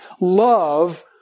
love